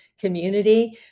community